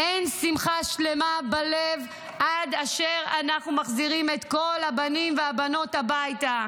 אין שמחה שלמה בלב עד אשר אנחנו מחזירים את כל הבנים והבנות הביתה.